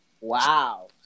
Wow